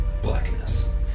Blackness